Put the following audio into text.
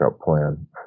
plan